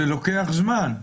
זה לוקח זמן.